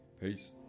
Peace